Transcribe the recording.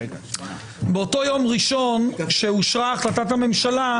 באותו יום ראשון בו אושרה החלטת הממשלה,